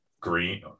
Green